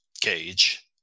cage